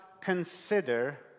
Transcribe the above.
consider